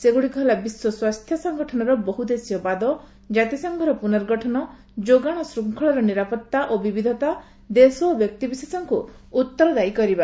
ସେଗୁଡିକ ହେଲା ବିଶ୍ୱ ସ୍ୱାସ୍ଥ୍ୟ ସଂଗଠନର ବହୁଦେଶୀୟବାଦ ଜାତିସଂଘର ପୁନର୍ଗଠନ ଯୋଗାଣ ଶୃଙ୍ଖଳର ନିରାପତ୍ତା ଓ ବିବିଧତା ଦେଶ ଓ ବ୍ୟକ୍ତିବିଶେଷଙ୍କୁ ଉତ୍ତରଦାୟୀ କରିବା